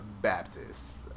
Baptist